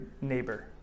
neighbor